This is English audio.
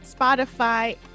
Spotify